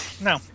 No